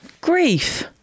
Grief